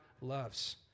loves